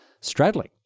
Straddling